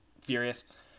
furious